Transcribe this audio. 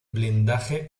blindaje